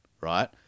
right